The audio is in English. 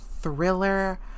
thriller